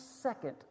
second